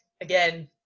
again